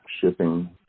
shipping